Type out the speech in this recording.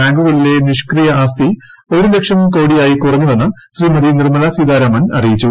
ബാങ്കുകളിലെ നിഷ്ക്രിയ ആസ്തി ഒരുലക്ഷം കോടിയായി കുറഞ്ഞുവെന്ന് ശ്രീമതി നിർമലാ സീതാരാമൻ അറിയിച്ചു